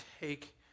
take